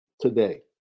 today